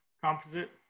composite